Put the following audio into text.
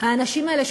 האנשים האלה,